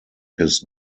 his